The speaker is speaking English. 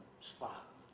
spot